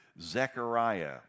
Zechariah